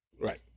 Right